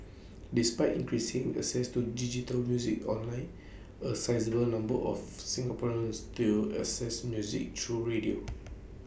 despite increasing access to digital music online A sizeable number of Singaporeans still access music through radio